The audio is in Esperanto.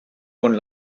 kun